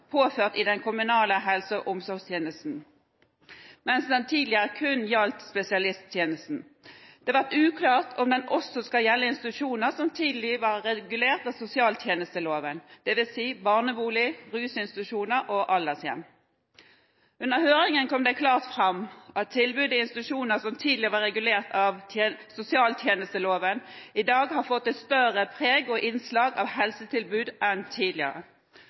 påført i den kommunale helse- og omsorgstjenesten, mens den tidligere gjaldt kun spesialisthelsetjenesten. Det har vært uklart om den også skal gjelde institusjoner som tidligere var regulert av sosialtjenesteloven, dvs. barneboliger, rusinstitusjoner og aldershjem. Under høringen kom det klart fram at tilbud i institusjoner som tidligere var regulert av sosialtjenesteloven, i dag har fått et større preg og innslag av helsetilbud enn tidligere,